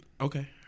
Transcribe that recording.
Okay